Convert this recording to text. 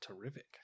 Terrific